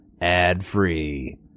ad-free